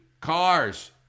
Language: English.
cars